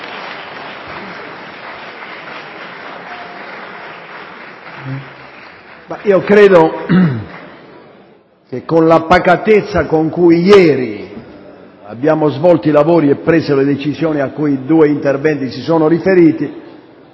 Credo che con la pacatezza con cui ieri abbiamo svolto i lavori e abbiamo preso le decisioni a cui i due interventi si sono riferiti,